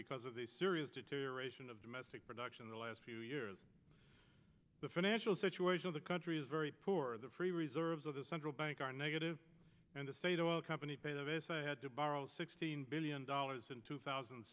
because of the serious deterioration of domestic production in the last few years the financial situation of the country is very poor the free reserves of the central bank are negative and the state of oil company pay the vase i had to borrow sixteen billion dollars in two thousand